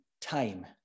time